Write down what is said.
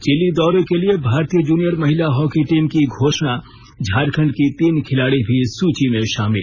chilli दौरे के लिए भारतीय जूनियर महिला हॉकी टीम की घोषणा झारखंड की तीन खिलाड़ी भी सूची में शामिल